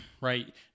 Right